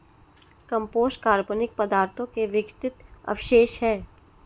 compost कार्बनिक पदार्थों के विघटित अवशेष हैं